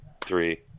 three